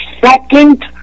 second